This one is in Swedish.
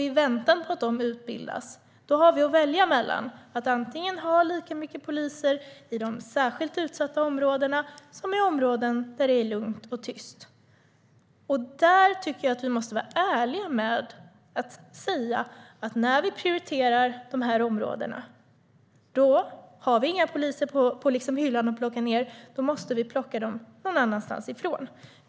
I väntan på att de utbildas har vi att välja mellan att antingen ha lika många poliser i de särskilt utsatta områdena som i områden där det är lugnt och tyst eller att inte ha det. Jag tycker att vi måste vara ärliga och säga: När vi prioriterar dessa områden och inte har några poliser på hyllan att plocka ned måste vi plocka poliser någon annanstans.